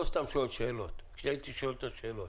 סתם שואל שאלות כשהייתי שואל שאלות.